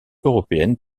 européenne